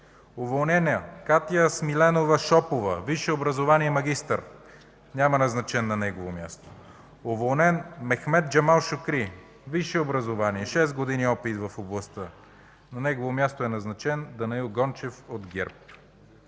Уволнена: Катя Смиленова Шопова. Висше образование, магистър, няма назначен на нейно място. Уволнен: Мехмед Джамал Шукри. Висше образование, шест години опит в областта. На негово място е назначен Данаил Гончев от ГЕРБ.